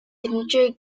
signature